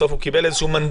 בסוף הוא קיבל איזה מנדט,